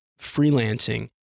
Freelancing